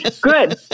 Good